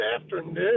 afternoon